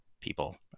people